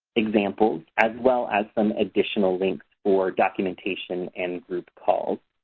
examples, as well as some additional links for documentation and group calls.